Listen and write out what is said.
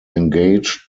engaged